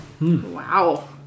Wow